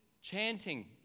chanting